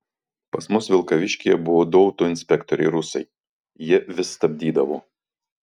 pas mus vilkaviškyje buvo du autoinspektoriai rusai jie vis stabdydavo